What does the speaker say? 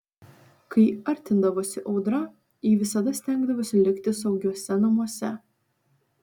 kai artindavosi audra ji visada stengdavosi likti saugiuose namuose